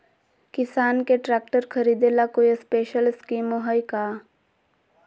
किसान के ट्रैक्टर खरीदे ला कोई स्पेशल स्कीमो हइ का?